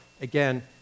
again